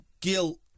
guilt